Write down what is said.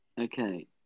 Okay